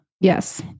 Yes